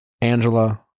Angela